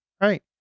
right